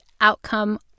outcome